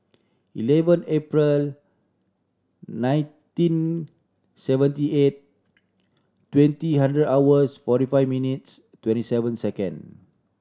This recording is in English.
eleven April nineteen seventy eight twenty hundred hours forty five minutes twenty seven second